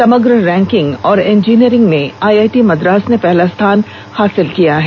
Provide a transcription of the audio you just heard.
समग्र रैंकिंग और इंजीनियरिंग में आईआईटी मद्रास ने पहला स्थान बरकरार रखा है